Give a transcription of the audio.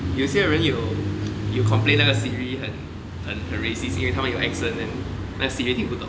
有些人有有 complain 那个 Siri 很很很 racist 因为他们有 accent then 那个 Siri 听不懂